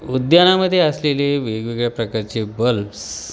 उद्यानामध्ये असलेले वेगवेगळ्या प्रकारचे बल्ब्स